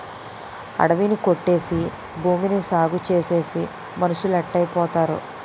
అడివి ని కొట్టేసి భూమిని సాగుచేసేసి మనుసులేటైపోతారో